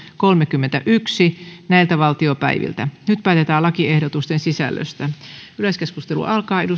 kolmekymmentäyksi nyt päätetään lakiehdotusten sisällöstä